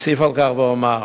אוסיף על כך ואומר